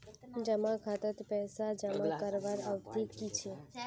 जमा खातात पैसा जमा करवार अवधि की छे?